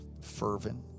fervent